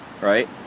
Right